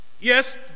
yes